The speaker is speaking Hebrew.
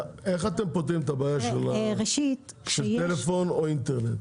איך אתם פותרים את הבעיה של טלפון או אינטרנט?